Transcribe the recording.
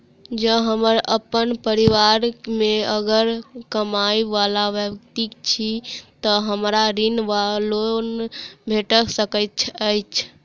जँ हम अप्पन परिवार मे असगर कमाई वला व्यक्ति छी तऽ हमरा ऋण वा लोन भेट सकैत अछि?